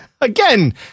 Again